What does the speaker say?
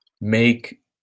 make